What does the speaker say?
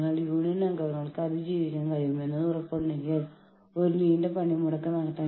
ഒരു യൂണിയൻ രൂപീകരിക്കേണ്ടതിന്റെ ആവശ്യകത അവർക്ക് തോന്നുന്നില്ല